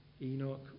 Enoch